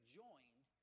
joined